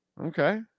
okay